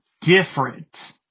different